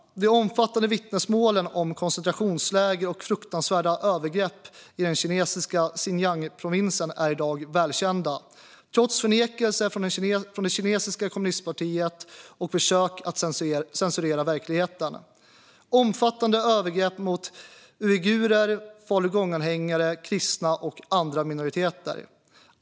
De omfattande vittnesmålen om koncentrationsläger och fruktansvärda övergrepp i den kinesiska Xinjiangprovinsen är i dag välkända, trots förnekelse från det kinesiska kommunistpartiet och försök att censurera verkligheten. Omfattande övergrepp begås mot uigurer, falungonganhängare, kristna och andra minoriteter.